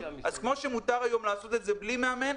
כמו שמותר היום לעשות את זה בלי מאמן,